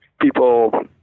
people